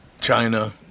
China